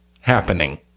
happening